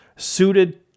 suited